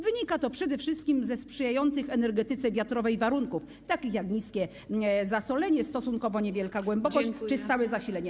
Wynika to przede wszystkim ze sprzyjających energetyce wiatrowej warunków, takich jak niskie zasolenie, stosunkowo niewielka głębokość czy stałe zasilenie.